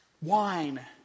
wine